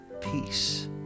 peace